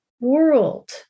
world